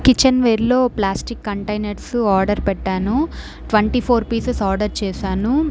kitchen వేర్లో plastic containers order పెట్టాను twenty four pieces order చేశాను